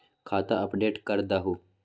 खाता अपडेट करदहु?